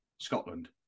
Scotland